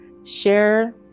Share